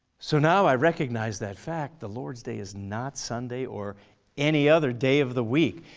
so now, i recognized that fact, the lord's day is not sunday or any other day of the week.